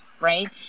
Right